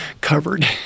covered